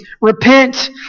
Repent